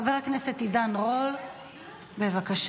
חבר הכנסת עידן רול, בבקשה.